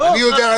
לפתוח את